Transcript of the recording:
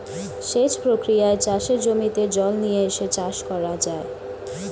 সেচ প্রক্রিয়ায় চাষের জমিতে জল নিয়ে এসে চাষ করা যায়